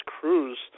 Cruz